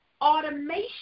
automation